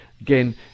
again